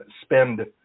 spend